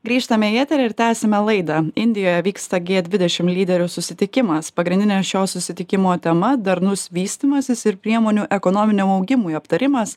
grįžtame į eterį ir tęsime laidą indijoje vyksta gie dvidešim lyderių susitikimas pagrindinė šio susitikimo tema darnus vystymasis ir priemonių ekonominiam augimui aptarimas